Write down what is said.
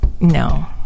no